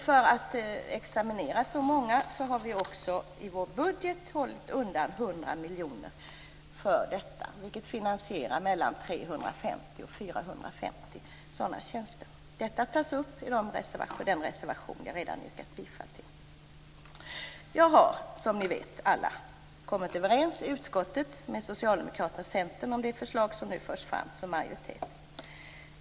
För att examinera så många har vi också i vår budget hållit undan 100 miljoner för detta, vilket finansierar mellan 350 och 450 sådana tjänster. Detta tas upp i den reservation som jag redan har yrkat bifall till. Jag har som ni alla vet kommit överens i utskottet med Socialdemokraterna och Centern om det förslag som nu förs fram av majoriteten.